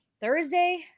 Thursday